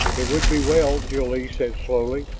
it would be well, jil-lee said slowly,